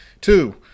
Two